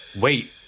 wait